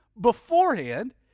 beforehand